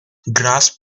grasp